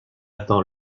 dans